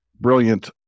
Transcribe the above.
brilliant